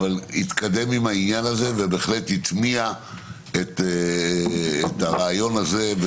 התקדם עם העניין הזה ובהחלט הטמיע את הרעיון הזה.